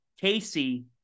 Casey